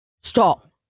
Stop